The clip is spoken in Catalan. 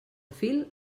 fil